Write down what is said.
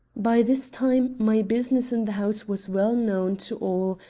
by this time my business in the house was well-known to all,